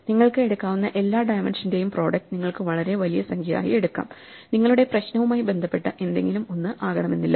നിങ്ങൾക്ക് എടുക്കാവുന്ന എല്ലാ ഡൈമെൻഷന്റെയും പ്രോഡക്ട് നിങ്ങൾക്ക് വളരെ വലിയ സംഖ്യ ആയി എടുക്കാം നിങ്ങളുടെ പ്രശ്നവുമായി ബന്ധപ്പെട്ട എന്തെങ്കിലും ഒന്ന് ആകണമെന്നില്ല